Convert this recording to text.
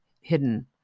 hidden